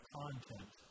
content